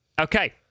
Okay